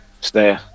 Stay